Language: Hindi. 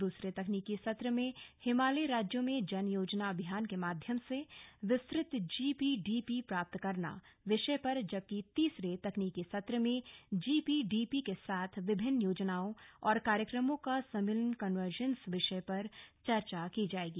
दूसरे तकनीकी सत्र में हिमालयी राज्यों में जन योजना अभियान के माध्यम से विस्तृत जीपीडीपी प्राप्त करना विषय पर जबकि तीसरे तकनीकी सत्र में जीपीडीपी के साथ विभिन्न योजनाओं और कार्यक्रमों का संमिलन कंवर्जेंस विषय पर चर्चा की जाएगी